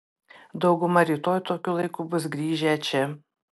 dauguma rytoj tokiu laiku bus grįžę čia